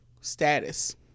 status